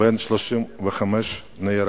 בן 35 נהרג,